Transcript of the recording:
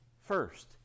first